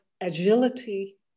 agility